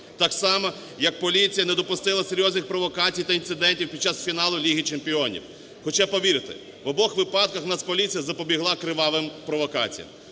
так само, як поліція не допустила серйозний провокацій та інцидентів під час фіналу Ліги чемпіонів. Хоча повірте, в обох випадках Нацполіція запобігла кривавим провокаціям.